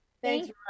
Thanks